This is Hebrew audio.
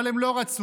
אבל הם לא רצו,